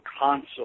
console